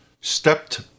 stepped